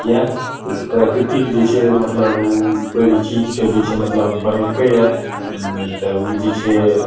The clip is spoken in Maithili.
किएक तऽ उ प्राकृतिक जे छै मतलब उ कोइ भी चीजके जे छै मतलब बनेलकइया तब उ जे छै